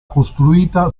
costruita